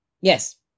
Yes